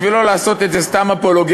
בשביל לא לעשות את זה סתם אפולוגטי,